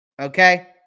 Okay